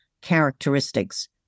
characteristics